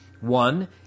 One